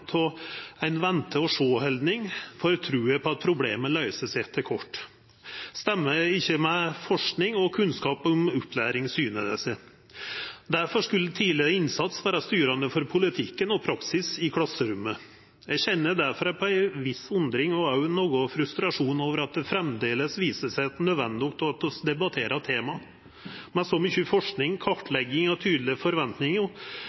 på at problema løyser seg etter kvart, stemmer ikkje med forsking og kunnskap om opplæring, syner det seg. Difor skulle tidleg innsats vera styrande for politikken og praksisen i klasserommet. Eg kjenner difor på ei viss undring, og òg noko frustrasjon, over at det framleis viser seg nødvendig at vi debatterer temaet. Med så mykje forsking, kartlegging og tydelege forventningar